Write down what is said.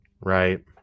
Right